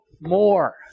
more